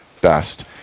best